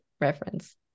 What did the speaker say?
reference